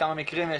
כמה מקרים יש?